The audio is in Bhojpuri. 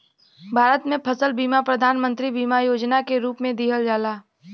भारत में फसल बीमा प्रधान मंत्री बीमा योजना के रूप में दिहल जाला